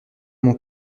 mon